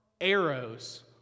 arrows